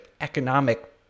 economic